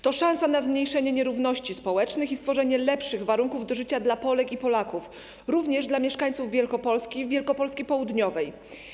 To szansa na zmniejszenie nierówności społecznych i stworzenie lepszych warunków do życia dla Polek i Polaków, również dla mieszkańców Wielkopolski, także południowej Wielkopolski.